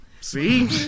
See